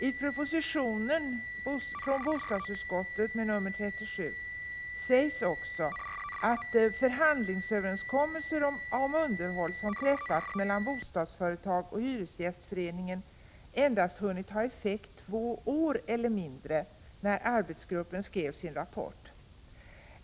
I propositionen sägs också att förhandlingsöverenskommelser om underhåll som träffats mellan bostadsföretag och hyresgästförening endast hade hunnit ha effekt två år eller mindre när arbetsgruppen skrev sin rapport.